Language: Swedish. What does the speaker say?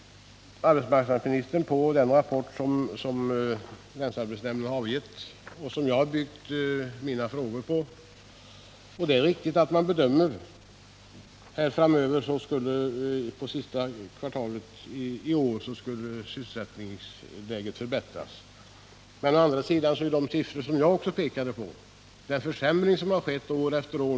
Arbetsmarknadsministern hänvisade till den rapport som länsarbetsnämnden har avgivit och som jag byggt mina frågor på. Det är riktigt att länsarbetsnämnden gör den bedömningen att sysselsättningsläget under det sista kvartalet i år kommer att förbättras. Men å andra sidan har jag med siffror visat att det under de tre senaste åren skett en försämring år från år.